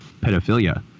pedophilia